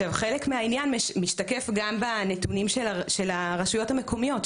חלק מהעניין משתקף גם בנתונים של הרשויות המקומיות.